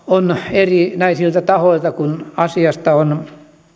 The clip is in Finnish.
on erinäisiltä tahoilta kun asiasta on